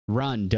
run